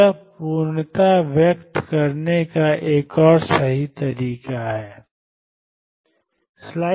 तो यह पूर्णता व्यक्त करने का एक और तरीका है